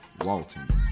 Walton